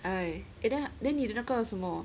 I and then 你的那个什么